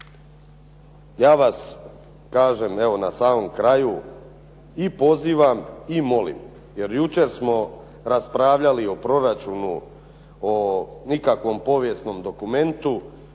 Ja vas kažem evo na samom kraju i pozivam i molim jer jučer smo raspravljali o proračunu, o nikakvom povijesnom dokumentu